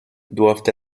doivent